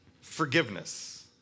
forgiveness